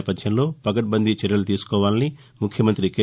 నేపథ్యంలో పకడ్బందీ చర్యలు తీసుకోవాలని ముఖ్యమంతి కె